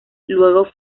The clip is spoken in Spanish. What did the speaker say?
luego